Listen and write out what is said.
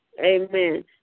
Amen